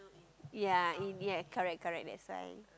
ya yes correct correct that's why